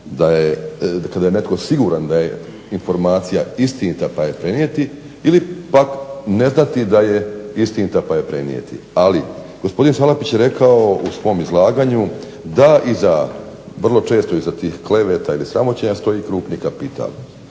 kada je netko siguran da je informacija istinita pa je prenijeti ili pak ne znati da je istinita pa je prenijeti. Ali gospodin Salapić je rekao u svom izlaganju da vrlo često iza tih kleveta ili sramoćenja stoji krupni kapital.